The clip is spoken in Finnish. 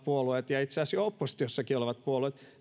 puolueet ja ja itse asiassa jo oppositiossakin olevat puolueet